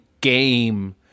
game